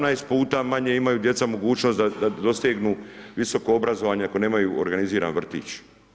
17X manje imaju djeca mogućnost da dosegnu visoko obrazovanje ako nemaju organizirani vrtić.